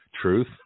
truth